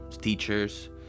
teachers